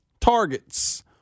targets